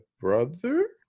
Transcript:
brother